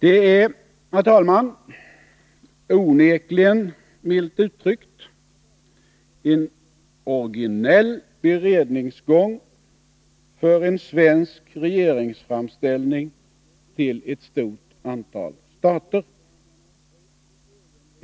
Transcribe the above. Det är, herr talman, onekligen — milt uttryckt — en originell beredningsgång för en svensk regeringsframställning till ett stort antal stater.